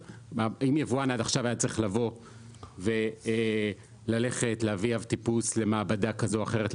אם עד עכשיו היבואן היה צריך ללכת להביא אב טיפוס למעבדה כזו או אחרת,